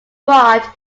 brought